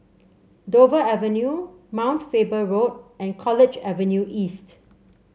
Dover Avenue Mount Faber Road and College Avenue East